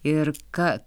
ir ka